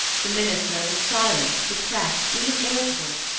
the minister was silent, depressed, even irritable.